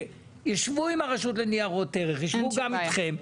שיישבו עם הרשות לניירות ערך ויישבו גם איתכם,